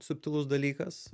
subtilus dalykas